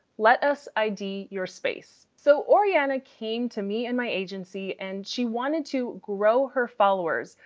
let us id your space. so oriana came to me and my agency and she wanted to grow her followers,